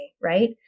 Right